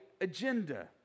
agenda